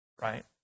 right